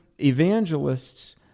evangelists